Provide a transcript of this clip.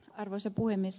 arvoisa puhemies